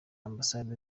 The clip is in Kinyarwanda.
ambasade